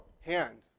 hand